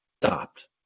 stopped